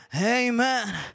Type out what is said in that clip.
Amen